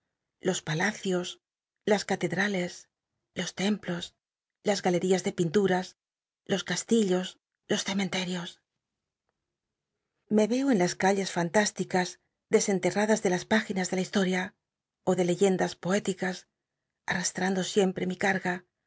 los palacios las ratc hales los templos las galcl'ias de pintums los castillos los cementerios m e eo en las calles fanuisticas desenterradas de las páginas de la historia ó de leyendas poéticas arrastr ando icmpre mi carga